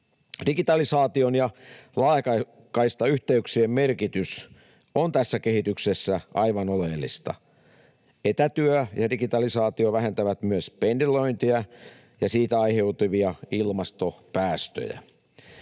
Digitalisaation ja laajakaistayhteyksien merkitys on tässä kehityksessä aivan oleellista. Etätyö ja digitalisaatio vähentävät myös pendelöintiä ja siitä aiheutuvia ilmastopäästöjä.